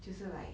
就是 like